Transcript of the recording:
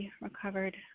Recovered